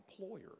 employer